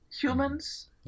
humans